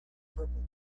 purple